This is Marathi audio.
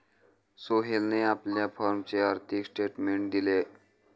सोहेलने आपल्या फॉर्मचे आर्थिक स्टेटमेंट दिले